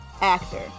actor